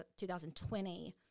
2020